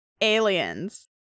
aliens